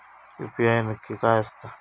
UPI नक्की काय आसता?